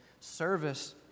Service